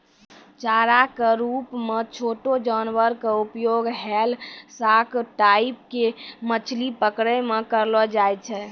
चारा के रूप मॅ छोटो जानवर के उपयोग व्हेल, सार्क टाइप के मछली पकड़ै मॅ करलो जाय छै